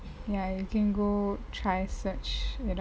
ya you can go try search